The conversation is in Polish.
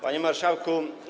Panie Marszałku!